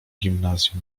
gimnazjum